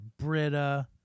Britta